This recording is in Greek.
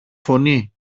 φωνή